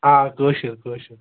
آ کٲشِر کٲشِر